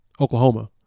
Oklahoma